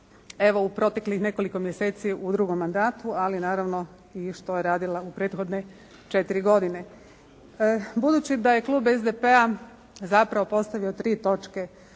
evo u proteklih nekoliko mjeseci u drugom mandatu, ali naravno i što je radila u prethodne četiri godine. Budući da je klub SDP-a zapravo postavio tri točke